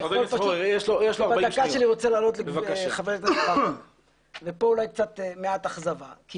רוצה לענות לחבר הכנסת וכאן אולי מעט אכזבה.